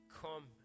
come